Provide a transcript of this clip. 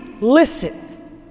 listen